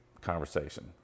conversation